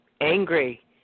angry